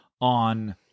on